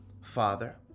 Father